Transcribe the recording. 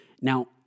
Now